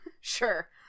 Sure